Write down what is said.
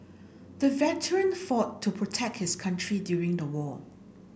the veteran fought to protect his country during the war